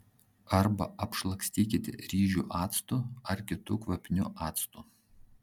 arba apšlakstykite ryžių actu ar kitu kvapniu actu